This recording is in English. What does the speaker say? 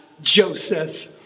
Joseph